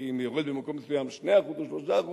כי אם יורדים במקום מסוים ב-2% או ב-3%,